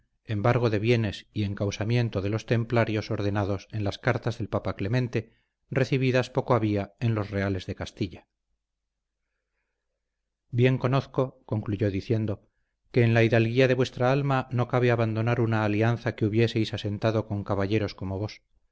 embargo de bienes y encausamiento de los templarios ordenados en las cartas del papa clemente recibidas poco había en los reales de castilla bien conozco concluyó diciendo que en la hidalguía de vuestra alma no cabe abandonar una alianza que hubieseis asentado con caballeros como vos